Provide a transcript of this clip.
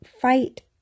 fight